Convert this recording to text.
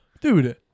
Dude